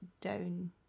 down